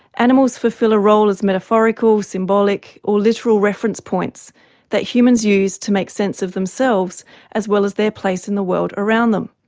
animals fulfil a role as metaphorical, symbolic or literal reference points that humans use to make sense of themselves as well as their place in the world around them.